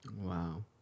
Wow